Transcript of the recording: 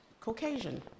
Caucasian